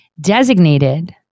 designated